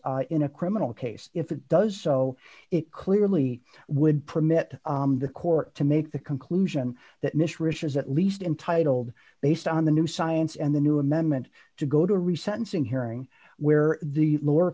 e in a criminal case if it does so it clearly would permit the court to make the conclusion that miss rish is at least intitled based on the new science and the new amendment to go to re sentencing hearing where the lower